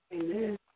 Amen